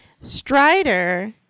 Strider